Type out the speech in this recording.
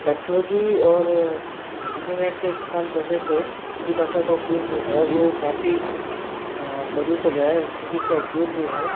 technology और internet का इस्तेमाल बढ़ने से हिंदी भाषा का उपयोग जो है वो काफ़ी बदल सा गया है क्योंकि उसका उपयोग जो है